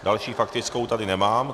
Další faktickou tady nemám.